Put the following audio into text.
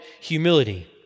humility